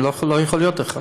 אני לא יכול להיות אחראי.